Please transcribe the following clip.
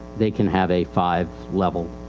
they can have a five level,